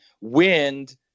wind